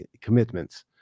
commitments